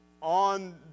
on